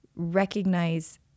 recognize